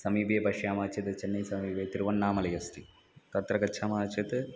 समीपे पश्यामः चेद् चन्नैसमीपे तिरुवण्णामलै अस्ति तत्र गच्छामः चेत्